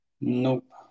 Nope